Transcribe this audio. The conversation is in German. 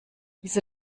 wieso